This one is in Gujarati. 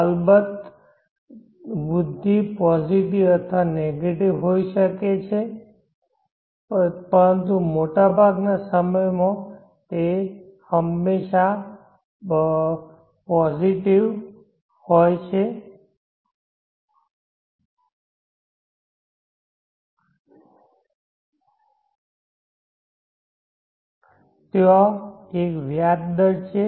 અલબત્ત વૃદ્ધિ પોઝિટિવ અથવા નેગેટિવ હોઈ શકે છે પરંતુ મોટાભાગના સમય તે પોઝિટિવ હોય છે જેમ જેમ સમય પસાર થાય છે નાણાંનું મૂલ્ય વધે છે અને તે જ આપણે વ્યાજ કહીએ છીએ